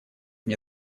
мне